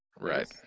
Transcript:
Right